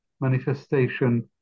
manifestation